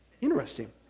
interesting